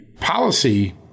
policy